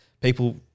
people